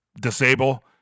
disable